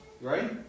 Right